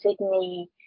Sydney